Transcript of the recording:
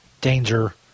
danger